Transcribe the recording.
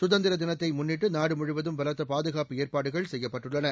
சுதந்திர தினத்தை முன்னிட்டு நாடுமுழுவதும் பலத்த பாதுகாப்பு ஏற்பாடுகள் செய்யப்பட்டுள்ளன